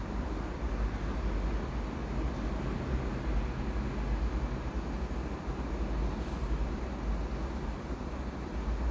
yeah